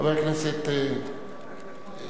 חבר הכנסת חנא.